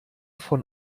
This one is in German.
von